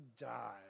die